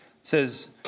says